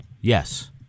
yes